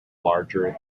larger